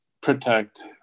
protect